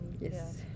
Yes